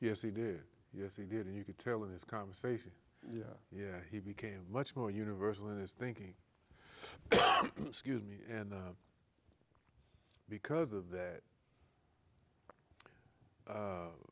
yes he did yes he did and you could tell in his conversation yeah yeah he became much more universal in his thinking excuse me and because of that